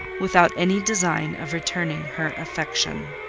without any design of returning her affection.